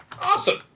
Awesome